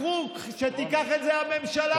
קחו, שתיקח את זה הממשלה.